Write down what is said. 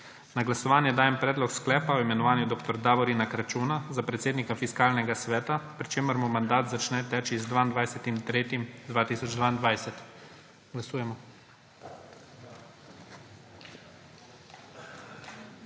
Na glasovanje dajem Predlog sklepa o imenovanju dr. Davorina Kračuna za predsednika Fiskalnega sveta, pri čemur mu mandat začne teči z 22. 3. 2022. Glasujemo.